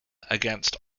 against